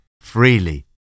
freely